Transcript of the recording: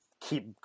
keep